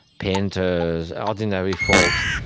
painters, ordinary folks,